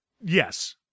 Yes